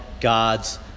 God's